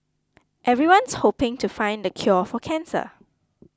everyone's hoping to find the cure for cancer